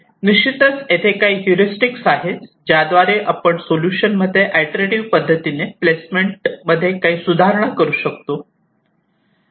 निश्चितच येथे काही हेरिस्टिक्स आहेत ज्याद्वारे आपण सोल्युशन मध्ये आयट्रेटिव पद्धतीने प्लेसमेंट मध्ये काही सुधारणा करू शकतो